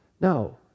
No